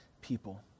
people